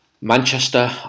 manchester